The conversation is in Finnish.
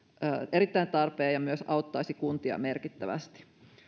erittäin tarpeen ja myös auttaisi kuntia merkittävästi